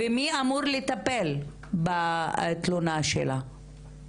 ומי אמור לטפל בתלונה שלה?